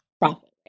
profit